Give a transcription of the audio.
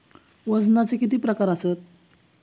वजनाचे किती प्रकार आसत?